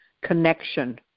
connection